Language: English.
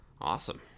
Awesome